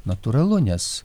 natūralu nes